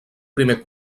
primer